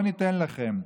לא ניתן לכם.